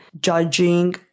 judging